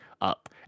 up